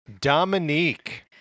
dominique